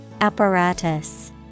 Apparatus